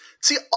See